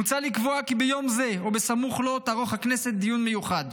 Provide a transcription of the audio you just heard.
מוצע לקבוע כי ביום זה או סמוך לו תערוך הכנסת דיון מיוחד.